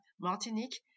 Martinique